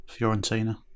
Fiorentina